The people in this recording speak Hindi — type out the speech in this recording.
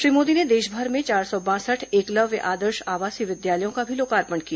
श्री मोदी ने देशभर में चार सौ बासठ एकलव्य आदर्श आवासीय विद्यालयों का भी लोकार्पण किया